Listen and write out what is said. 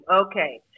Okay